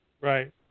Right